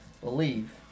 believe